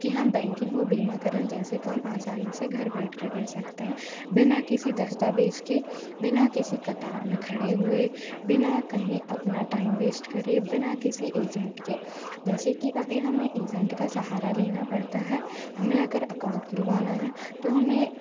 कि हम बैंकिंग और बीमाकरण जैसे काम आसानी से घर बैठके कर सकते हैं बिना किसी दस्तावेज के बिना किसी कतार में खड़े हुए बिना कहीं अपना टाइम वेस्ट करे बिना किसी एजेंट के जैसे कि अभी हमें एजेंट का सहारा लेना पड़ता है हमें अगर अकाउंट खुलवाना है तो हमें